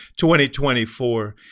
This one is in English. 2024